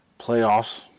playoffs